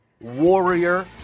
warrior